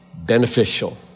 beneficial